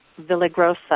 Villagrosa